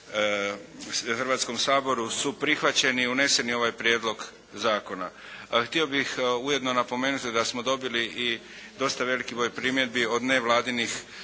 Hrvatskom saboru su prihvaćeni i uneseni u ovaj Prijedlog zakona. Htio bih ujedno napomenuti da smo dobili i dosta veliki broj primjedbi od nevladinih